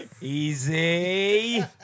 Easy